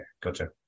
gotcha